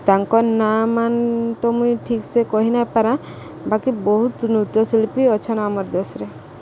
ତାଙ୍କ ନାଁ ମାନ୍ ତ ମୁଇଁ ଠିକ୍ସେ କହି ନାଇ ପାରା ବାକି ବହୁତ ନୃତ୍ୟଶିଳ୍ପୀ ଅଛନ୍ ଆମର୍ ଦେଶରେ